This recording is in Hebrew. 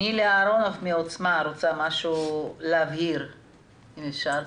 נילי אהרונוב מעוצמה רוצה להבהיר משהו.